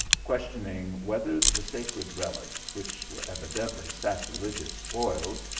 questioning whether the sacred reliques, which were evidently sacrilegious spoils,